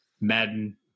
Madden